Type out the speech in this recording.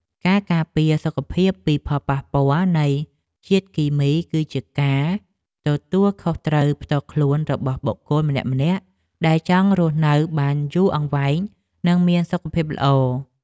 ការការពារសុខភាពពីផលប៉ះពាល់នៃជាតិគីមីគឺជាការទទួលខុសត្រូវផ្ទាល់ខ្លួនរបស់បុគ្គលម្នាក់ៗដែលចង់រស់នៅបានយូរអង្វែងនិងមានសុខភាពល្អ។